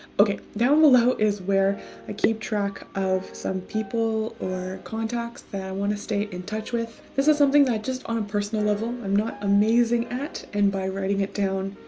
ok, down below is where i keep track of some people, or contacts that i want to stay in touch with. this is something that just on a personal level, i'm not amazing at. and by writing it down,